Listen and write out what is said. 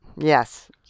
Yes